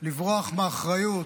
לברוח מאחריות.